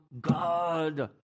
God